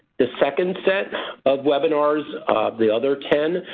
the second set of webinars, the other ten,